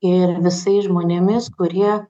ir visais žmonėmis kurie